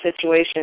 situation